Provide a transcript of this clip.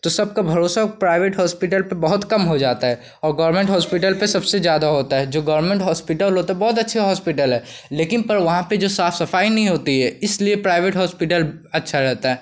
तो सबका भरोसा प्राइवेट होस्पिटल पर बहुत कम हो जाता है और गोरमेंट होस्पिटल पर सबसे ज़्यादा होता है जो गोरमेंट होस्पिटल होता है बहुत अच्छे होस्पिटल है लेकिन पर वहाँ पर जो साफ सफाई नहीं होती है इसलिए प्राइवेट होस्पिटल अच्छा रहता है